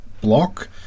block